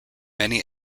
many